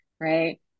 right